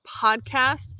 podcast